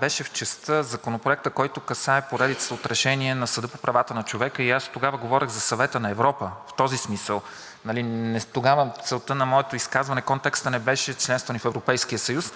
беше в частта на Законопроекта, който касае поредицата от решения на Съда по правата човека, и аз тогава говорех за Съвета на Европа – в този смисъл. Целта на моето изказване – контекстът, не беше членството ни в Европейския съюз,